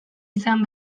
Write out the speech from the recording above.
izan